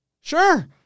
sure